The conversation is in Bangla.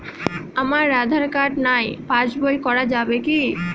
আমার আঁধার কার্ড নাই পাস বই করা যাবে কি?